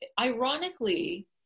ironically